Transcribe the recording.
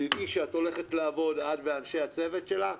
תדעי שאת הולכת לעבוד את ואנשי הצוות שלך.